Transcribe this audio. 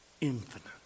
infinite